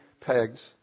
pegs